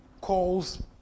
calls